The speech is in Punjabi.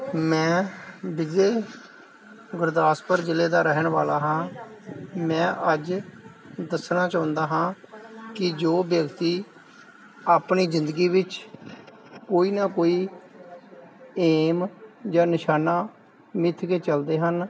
ਮੈਂ ਵਿਜੇ ਗੁਰਦਾਸਪੁਰ ਜਿਲੇ ਦਾ ਰਹਿਣ ਵਾਲਾ ਹਾਂ ਮੈਂ ਅੱਜ ਦੱਸਣਾ ਚਾਹੁੰਦਾ ਹਾਂ ਕੀ ਜੋ ਵਿਅਕਤੀ ਆਪਣੀ ਜ਼ਿੰਦਗੀ ਵਿੱਚ ਕੋਈ ਨਾ ਕੋਈ ਏਮ ਜਾਂ ਨਿਸ਼ਾਨਾ ਮਿਥ ਕੇ ਚਲਦੇ ਹਨ